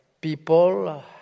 people